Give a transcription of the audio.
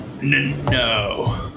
No